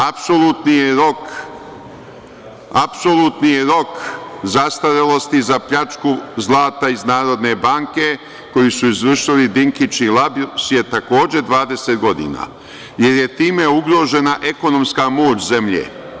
Apsolutni rok zastarelosti za pljačku zlata iz Narodne banke koju su izvršili Dinkić i Labus je takođe 20 godina, jer je time ugrožena ekonomska moć zemlje.